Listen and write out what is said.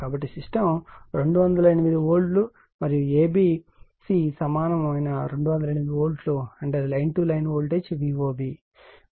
కాబట్టి system 208 volt మరియు A B C సమానమైన 208 వోల్ట్ అంటే అది లైన్ టు లైన్VOB ను కనుగొనండి